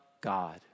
God